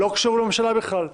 זה לא קשור לממשלה בכלל.